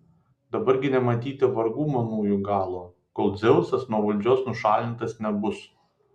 dabar gi nematyti vargų manųjų galo kol dzeusas nuo valdžios nušalintas nebus